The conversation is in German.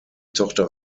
tochter